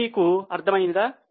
ఇది మీకు అర్థం అయినదా